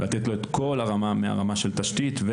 לתת לו את כל הרמה מהרמה של תשתית,